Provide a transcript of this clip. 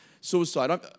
suicide